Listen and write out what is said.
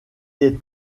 est